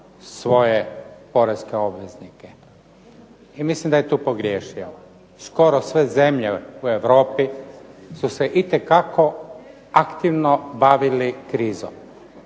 svoje poreske obveznike i mislim da je tu pogriješio. Skoro sve zemlje u Europi su se itekako aktivno bavili krizom.